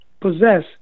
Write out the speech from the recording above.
possess